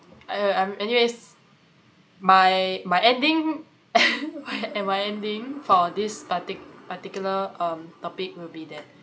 uh um anyway my my ending and my ending for this parti~ particular um topic will be that